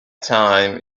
time